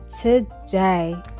today